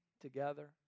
together